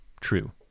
true